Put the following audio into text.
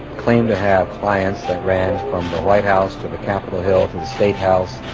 claimed to have clients that ran from the white house to the capitol hill, from the state house,